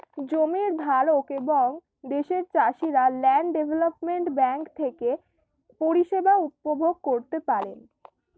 জমির ধারক এবং দেশের চাষিরা ল্যান্ড ডেভেলপমেন্ট ব্যাঙ্ক থেকে পরিষেবা উপভোগ করতে পারেন